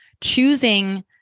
choosing